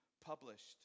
published